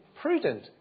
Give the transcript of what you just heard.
prudent